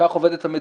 כך עובדת המציאות.